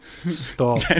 Stop